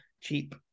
cheap